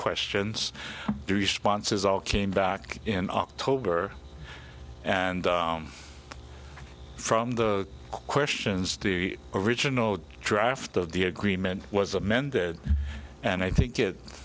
questions to sponsors all came back in october and from the questions the original draft of the agreement was amended and i think